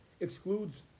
excludes